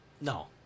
no